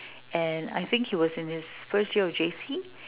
and I think he was in his first year of J_C